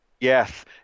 Yes